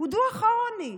מציג